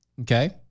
Okay